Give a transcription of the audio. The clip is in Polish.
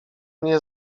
nie